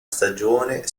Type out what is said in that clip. stagione